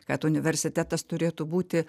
kad universitetas turėtų būti